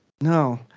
No